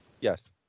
yes